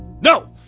No